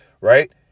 right